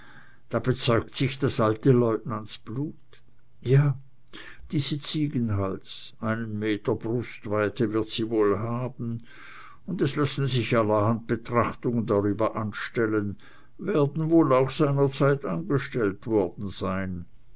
da bezeugt sich das alte lieutenantsblut ja diese ziegenhals einen meter brustweite wird sie wohl haben und es lassen sich allerhand betrachtungen darüber anstellen werden auch wohl seinerzeit angestellt worden sein